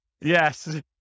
yes